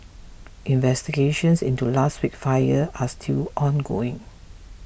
investigations into last week's fire are still ongoing